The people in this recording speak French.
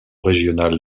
régional